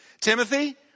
Timothy